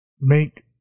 make